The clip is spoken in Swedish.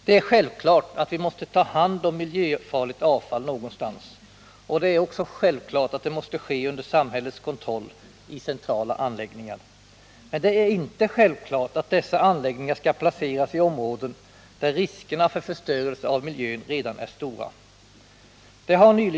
Det är självklart att vi måste ta hand om miljöfarligt avfall någonstans, och det är också självklart att det måste ske under samhällets kontroll i centrala anläggningar. Men det är inte självklart att dessa anläggningar skall placeras i områden där riskerna för förstörelse av miljön redan är stora.